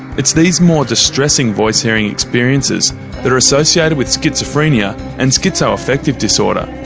it's these more distressing voice-hearing experiences that are associated with schizophrenia and schizoaffective disorder.